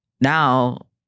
Now